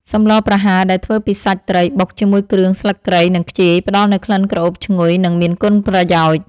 សម្លប្រហើរដែលធ្វើពីសាច់ត្រីបុកជាមួយគ្រឿងស្លឹកគ្រៃនិងខ្ជាយផ្តល់នូវក្លិនក្រអូបឈ្ងុយនិងមានគុណប្រយោជន៍។